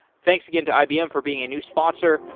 thanks again to ibm for being a new sponsor.